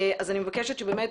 אז אני מבקשת שבאמת